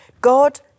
God